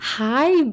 Hi